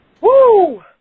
Woo